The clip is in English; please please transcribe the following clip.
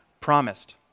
promised